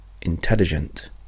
intelligent